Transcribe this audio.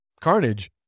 carnage